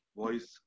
voice